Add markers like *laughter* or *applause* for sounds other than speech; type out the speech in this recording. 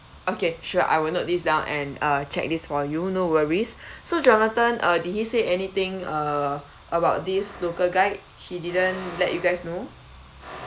okay sure I will note this down and uh check this for you no worries *breath* so jonathan uh did he say anything uh about this local guide he didn't let you guys know